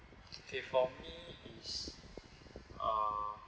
okay for me is uh